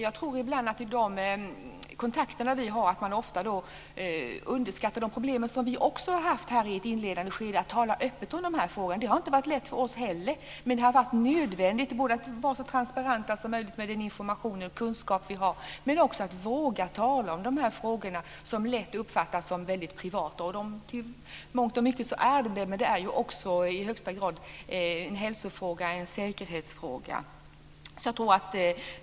Fru talman! Jag tror att man ofta underskattar de problem som också vi har haft i ett inledande skede att tala öppet om den här frågan. Det har inte heller för oss varit lätt, men det har varit nödvändigt. Vi måste både vara så transparenta som möjligt med den information och kunskap som vi har och våga tala om de här frågorna, som lätt uppfattas som väldigt privata. I mångt och mycket är de det, men det handlar också i högsta grad om en hälso och säkerhetsfråga.